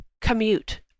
commute